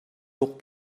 окуп